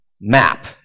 map